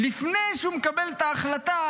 ולפני שהוא מקבל את ההחלטה